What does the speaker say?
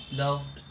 loved